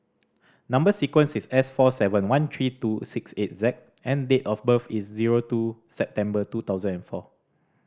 number sequence is S four seven one three two six eight Z and date of birth is zero two September two thousand and four